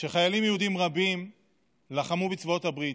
שחיילים יהודים רבים לחמו בצבאות הברית.